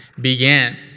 began